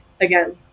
again